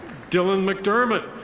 dylan mcdermot.